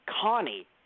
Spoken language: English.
Connie –